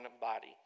body